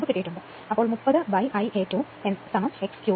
അതിനാൽ 30 Ia 2 x3 xക്യൂബ്